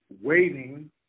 waiting